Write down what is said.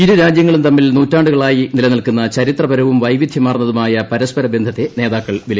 ഇരു രാജ്യങ്ങളും തമ്മിൽ നൂറ്റാണ്ടുകളായി നിലനിൽക്കുന്ന ചരിത്രപരവും വൈവിദ്ധ്യമാർന്നതുമായ പരസ്പരബന്ധര്ത്ത നേതാക്കൾ വിലയിരുത്തും